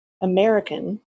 American